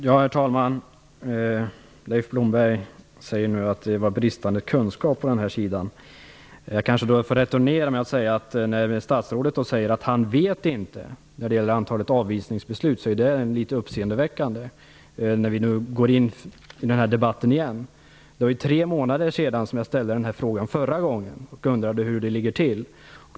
Herr talman! Leif Blomberg säger nu att det finns bristande kunskaper. Jag kanske får returnera med att säga att det är litet uppseendeväckande när statsrådet säger att han inte känner till antalet avvisningsbeslut. Det är tre månader sedan jag ställde denna fråga förra gången och undrade hur det ligger till.